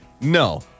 No